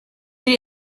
did